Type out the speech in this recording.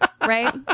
right